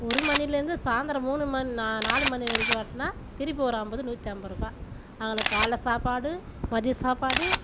ஒரு மணிலேருந்து சாயந்தரம் மூணு மணி நாலு மணி வரைக்கும் வெட்டினா திருப்பி ஒரு ஐம்பது நூற்றி ஐம்பருபா அவங்களுக்கு காலைல சாப்பாடு மதிய சாப்பாடு